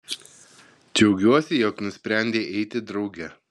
džiaugiuosi jog nusprendei eiti drauge